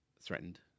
threatened